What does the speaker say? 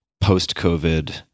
post-COVID